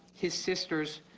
his sisters,